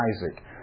Isaac